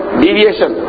deviation